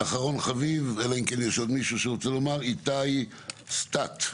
איתי סתת,